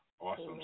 Awesome